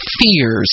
fears